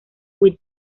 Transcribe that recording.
with